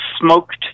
smoked